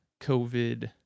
COVID